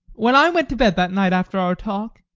when i went to bed that night after our talk,